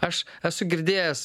aš esu girdėjęs